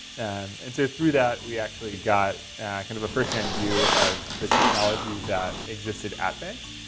and so through that, we actually got kind of a first hand view of the technology that existed at banks.